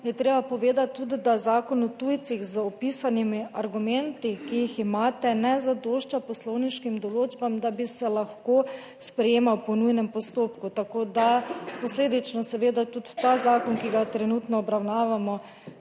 je treba povedati tudi, da Zakon o tujcih z opisanimi argumenti, ki jih imate, ne zadošča poslovniškim določbam, da bi se lahko sprejemal po nujnem postopku, tako da posledično seveda tudi ta zakon, ki ga trenutno obravnavamo